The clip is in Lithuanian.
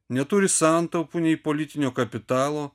neturi santaupų nei politinio kapitalo